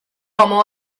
homo